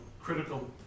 critical